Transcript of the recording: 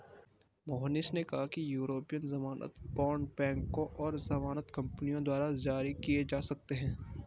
मोहनीश ने कहा कि यूरोपीय ज़मानत बॉण्ड बैंकों और ज़मानत कंपनियों द्वारा जारी किए जा सकते हैं